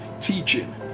teaching